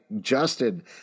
Justin